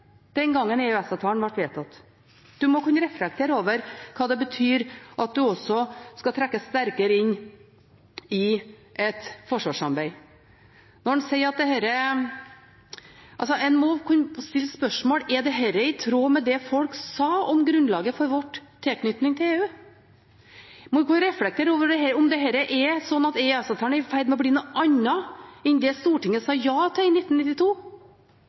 den gangen EØS-avtalen ble vedtatt. En må kunne reflektere over hva det betyr at en også skal trekkes sterkere inn i et forsvarssamarbeid. En må kunne stille spørsmål ved om dette er i tråd med det folk sa om grunnlaget for vår tilknytning til EU. En må kunne reflektere over om det er slik at EØS-avtalen er i ferd med å bli noe annet enn det Stortinget sa ja til i 1992.